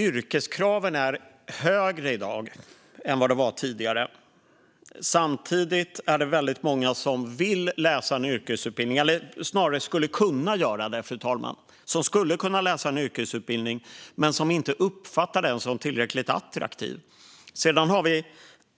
Yrkeskraven är högre i dag än vad de har varit tidigare. Samtidigt är det många som vill läsa en yrkesutbildning, eller snarare skulle kunna göra det, men som inte uppfattar den som tillräckligt attraktiv. Sedan finns